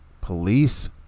police